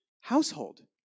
household